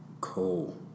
Cool